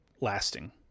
lasting